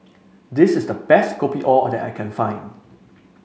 this is the best Kopi O that I can find